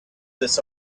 this